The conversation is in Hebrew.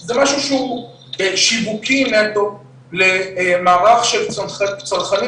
זה משהו שהוא שיווקי נטו למערך של צרכנים